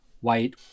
white